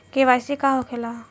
KYC का होखेला?